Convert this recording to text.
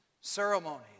ceremonies